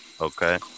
Okay